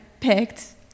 picked